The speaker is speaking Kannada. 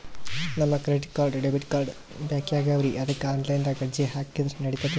ನಮಗ ಕ್ರೆಡಿಟಕಾರ್ಡ, ಡೆಬಿಟಕಾರ್ಡ್ ಬೇಕಾಗ್ಯಾವ್ರೀ ಅದಕ್ಕ ಆನಲೈನದಾಗ ಅರ್ಜಿ ಹಾಕಿದ್ರ ನಡಿತದೇನ್ರಿ?